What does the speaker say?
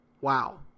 wow